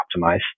optimize